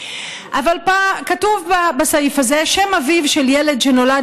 אבל כתוב בסעיף הזה: "שם אביו של ילד שנולד